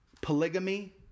polygamy